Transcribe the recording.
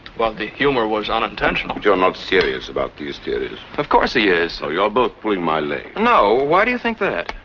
well the humour was unintentional. you're not serious about these theories? of course he is. oh, you're both pulling my leg. no, why do you think that?